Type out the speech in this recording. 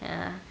ya